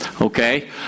Okay